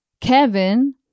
Kevin